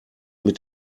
mit